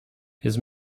his